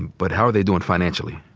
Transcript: but how are they doing financially?